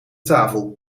tafel